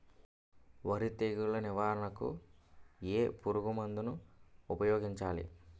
వరి తెగుల నివారణకు ఏ పురుగు మందు ను ఊపాయోగించలి?